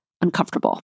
uncomfortable